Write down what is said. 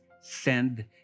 send